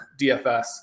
DFS